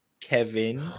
kevin